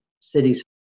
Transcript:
Cities